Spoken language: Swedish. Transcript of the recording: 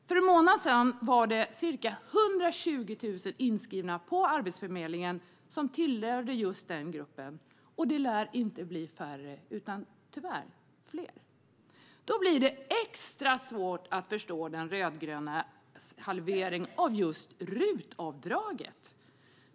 För en månad sedan fanns ca 120 000 inskrivna på Arbetsförmedlingen som tillhörde just den gruppen, och de lär inte bli färre utan tyvärr fler. Då blir det extra svårt att förstå de rödgrönas halvering av just RUT-avdraget.